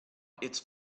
its